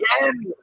again